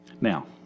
now